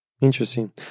Interesting